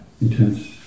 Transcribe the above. intense